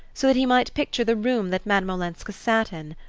so that he might picture the room that madame olenska sat in.